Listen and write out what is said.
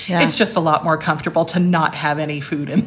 it's just a lot more comfortable to not have any food. and